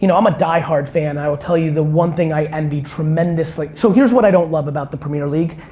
you know i'm a diehard fan. i will tell you, the one thing i envy tremendously. so, here's what i don't love about the premier league.